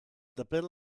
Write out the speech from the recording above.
depèn